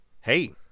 hey